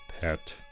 pet